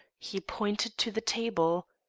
he pointed to the table.